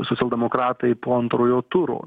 socialdemokratai po antrojo turo